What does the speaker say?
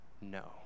No